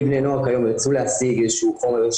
אם בני נוער כיום ירצו להשיג איזה שהוא חומר,